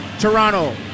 Toronto